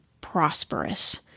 prosperous